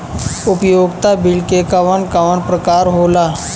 उपयोगिता बिल के कवन कवन प्रकार होला?